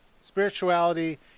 spirituality